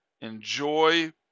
Enjoy